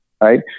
right